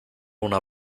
una